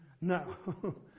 No